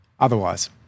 Otherwise